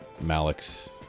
Malik's